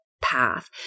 path